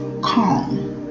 calm